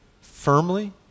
firmly